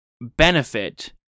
benefit